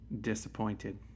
disappointed